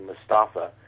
Mustafa